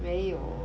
没有